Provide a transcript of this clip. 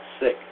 sick